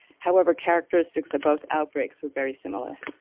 however, characteristics of both outbreaks are very similar.